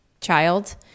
child